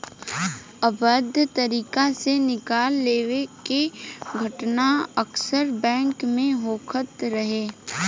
अवैध तरीका से निकाल लेवे के घटना अक्सर बैंक में होखत रहे